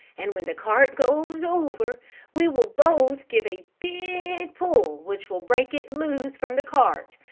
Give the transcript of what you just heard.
and when the cart goes over we will both give a big pull which will break it loose from the cart,